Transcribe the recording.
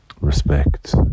respect